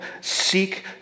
seek